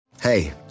Hey